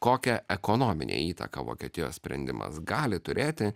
kokią ekonominę įtaką vokietijos sprendimas gali turėti